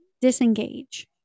disengage